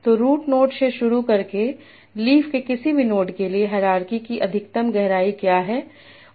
तो root node से शुरू करके लीफ के किसी भी नोड के लिए हायरार्की की अधिकतम गहराई क्या है